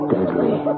Deadly